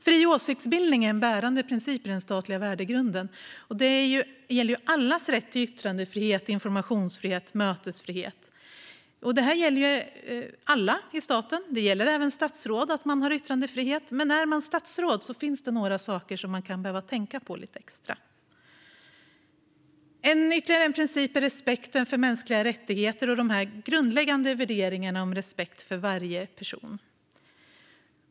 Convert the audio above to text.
Fri åsiktsbildning är en bärande princip i den statliga värdegrunden. Det gäller allas rätt till yttrandefrihet, informationsfrihet och mötesfrihet. Det gäller alla i staten. Det gäller även statsråd. De har yttrandefrihet, men är man statsråd finns det några saker som man kan behöva tänka på lite extra. En annan princip gäller respekten för mänskliga rättigheter och de grundläggande värderingarna om respekt för varje person.